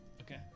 Okay